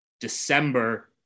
December